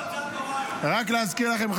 רק להזכיר לכם,